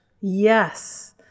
Yes